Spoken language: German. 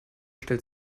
stellt